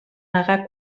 negar